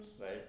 right